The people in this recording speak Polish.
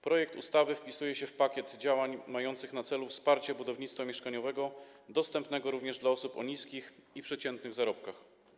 Projekt ustawy wpisuje się w pakiet działań mających na celu wsparcie budownictwa mieszkaniowego dostępnego również dla osób o niskich i przeciętnych zarobkach.